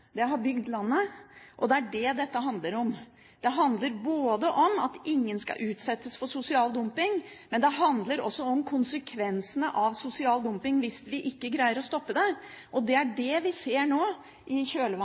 Det har bygd landet, og det er det dette handler om. Det handler om at ingen skal utsettes for sosial dumping, men det handler også om konsekvensene av sosial dumping hvis vi ikke greier å stoppe det. Det er det vi nå ser i kjølvannet